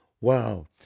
Wow